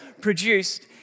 produced